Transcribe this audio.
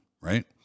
right